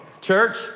Church